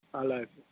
అలాగే